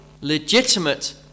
legitimate